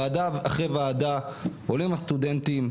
ועדה אחרי ועדה עולים הסטודנטים,